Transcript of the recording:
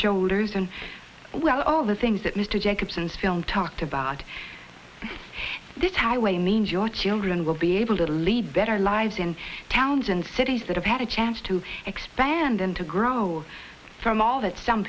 shoulders and well all the things that mr jacobson's film talked about this highway means your children will be able to lead better lives in towns and cities that have had a chance to expand and to grow from all that some